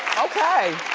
okay.